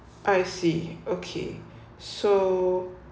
I see okay so